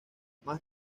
más